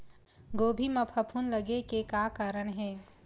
गोभी म फफूंद लगे के का कारण हे?